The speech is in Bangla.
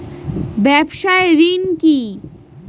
ব্যবসায় ঋণ কি?